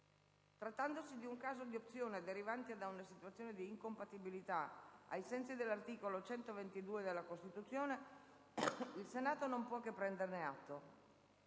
Trattandosi di un caso di opzione derivante da una situazione di incompatibilità, ai sensi dell'articolo 122 della Costituzione, il Senato non può che prenderne atto.